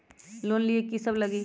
Loan लिए की सब लगी?